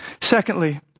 Secondly